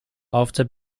after